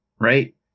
Right